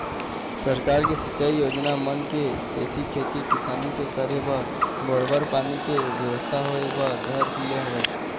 सरकार के सिंचई योजना मन के सेती खेती किसानी के करे बर बरोबर पानी के बेवस्था होय बर धर ले हवय